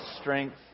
strength